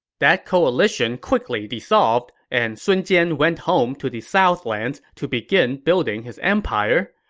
that coalition quickly dissolved, and sun jian went home to the southlands to begin building his empire.